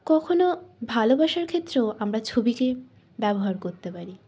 কখনও ভালোবাসার ক্ষেত্রেও আমরা ছবিকে ব্যবহার করতে পারি